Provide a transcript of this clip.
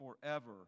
forever